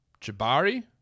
Jabari